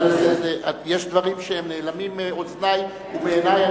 איציק, יש דברים שנעלמים מאוזני ומעיני.